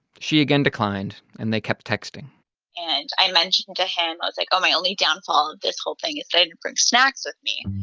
she again declined, and they kept texting and i mentioned to him i was like, oh, my only downfall of this whole thing is i didn't bring snacks with me.